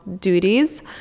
duties